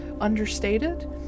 understated